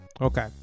Okay